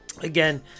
again